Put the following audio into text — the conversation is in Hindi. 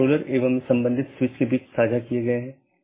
हालांकि हर संदेश को भेजने की आवश्यकता नहीं है